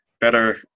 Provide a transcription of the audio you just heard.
better